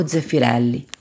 Zeffirelli